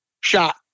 shot